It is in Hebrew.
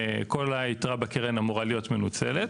כל היתרה בקרן אמורה להיות מנוצלת.